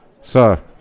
Sir